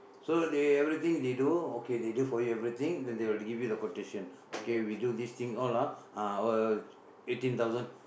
so they everything they do okay they do for you everything then they will give you quotation okay we do these things all ah uh eighteen thousand